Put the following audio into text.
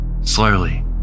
Slowly